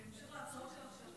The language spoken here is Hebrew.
בהמשך להצעות שלך,